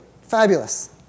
fabulous